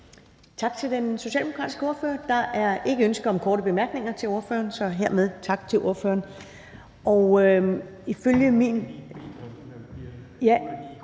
Tak til den socialdemokratiske ordfører. Der er ingen ønsker om korte bemærkninger, så hermed siger vi tak til ordføreren.